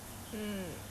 then